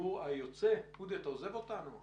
הציבור היוצא אתה עוזב אותנו?